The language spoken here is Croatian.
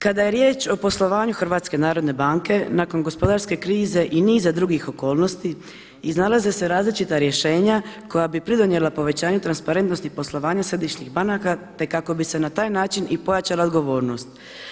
Kada je riječ o poslovanju HNB-a, nakon gospodarske krize i niza drugih okolnosti iznalaze se različita rješenja koja bi pridonijela povećanju transparentnosti poslovanja središnjih banaka te kako bi se na taj način i pojačala odgovornost.